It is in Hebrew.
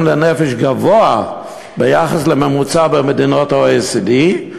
לנפש גבוה ביחס לממוצע במדינות ה-OECD.